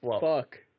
fuck